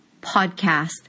podcast